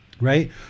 Right